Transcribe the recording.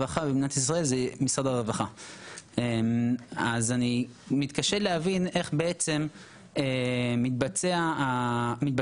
אז אני מתקשה להבין איך בעצם מתבצעות העברות כספים לארגונים פרטיים,